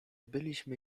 byliśmy